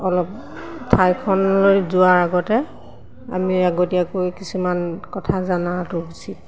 অলপ ঠাইখনলৈ যোৱাৰ আগতে আমি আগতীয়াকৈ কিছুমান কথা জনাটো উচিত